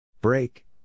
Break